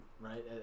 right